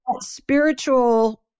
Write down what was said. spiritual